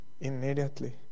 immediately